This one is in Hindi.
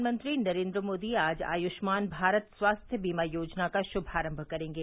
प्रधानमंत्री नरेन्द्र मोदी आज आयुष्मान भारत स्वास्थ्य बीमा योजना का श्भारम्भ करेंगे